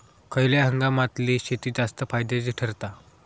खयल्या हंगामातली शेती जास्त फायद्याची ठरता?